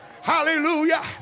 Hallelujah